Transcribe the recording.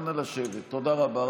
תודה רבה.